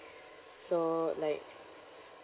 so like